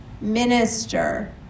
minister